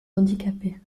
handicapées